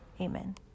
amen